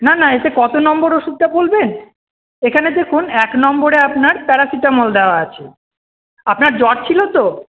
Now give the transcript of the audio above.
না না এতে কত নম্বর ওষুধটা বলবেন এখানে দেখুন এক নম্বরে আপনার প্যারাসিটামল দেওয়া আছে আপনার জ্বর ছিল তো